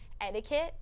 etiquette